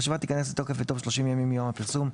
הרשימה תיכנס לתוקף בתום 30 ימים מיום הפרסום,